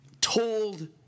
told